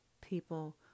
people